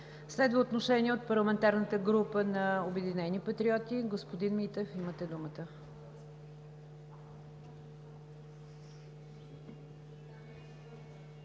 Следва отношение от парламентарната група на „Обединени патриоти“. Господин Митев, имате думата. ХРИСТИАН